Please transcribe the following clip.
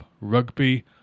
rugby